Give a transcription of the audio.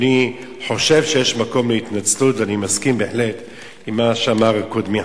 אני חושב שיש מקום להתנצלות ואני מסכים בהחלט עם מה שאמר קודמי,